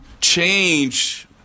change